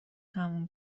تموم